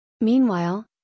Meanwhile